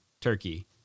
turkey